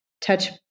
touch